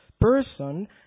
person